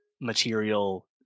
material